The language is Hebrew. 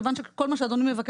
כיוון שכל מה שאדוני מבקש,